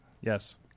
yes